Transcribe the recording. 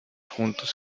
juntos